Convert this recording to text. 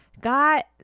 got